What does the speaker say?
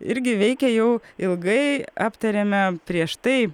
irgi veikia jau ilgai aptarėme prieš tai